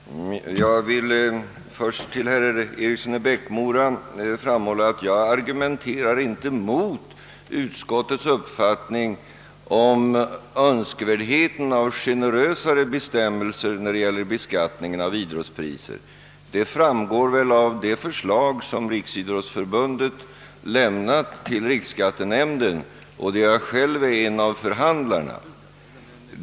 Herr talman! Jag vill först framhålla för herr Eriksson i Bäckmora att jag inte argumenterar emot utskottets uppfattning om önskvärdheten av generösare bestämmelser om beskattning av idrottspriser — det framgår väl av det förslag som Riksidrottsförbundet har lämnat till riksskattenämnden och av att jag är en av förhandlarna.